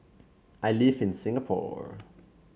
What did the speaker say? I live in Singapore